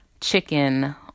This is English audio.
chicken